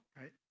right